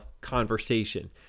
conversation